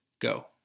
go